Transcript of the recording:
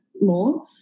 more